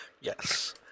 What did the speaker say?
Yes